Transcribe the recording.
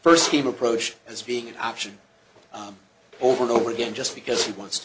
first team approach as being an option over and over again just because he wants to